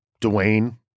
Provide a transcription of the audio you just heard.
Dwayne